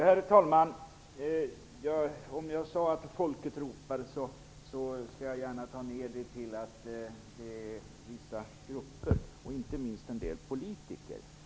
Herr talman! Om jag sade att folket ropade, skall jag gärna ändra mig och säga att det är vissa grupper och inte minst en del politiker som ropar.